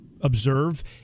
observe